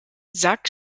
sack